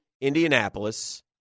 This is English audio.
Indianapolis